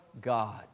God